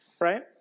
Right